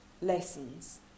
lessons